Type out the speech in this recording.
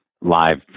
Live